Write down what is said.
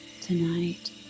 tonight